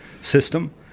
system